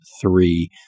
three